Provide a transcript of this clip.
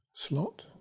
slot